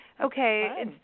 okay